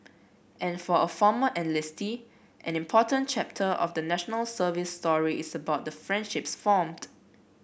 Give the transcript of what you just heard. and for a former enlistee an important chapter of the National Service story is about the friendships formed